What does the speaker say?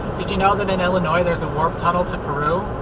did you know that in illinois there's a warp tunnel to peru?